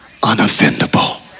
unoffendable